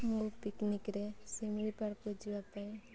ମୁଁ ପିକ୍ନିକ୍ରେ ଶିମିଳିପାଳକୁ ଯିବା ପାଇଁ